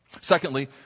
Secondly